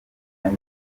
ati